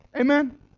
Amen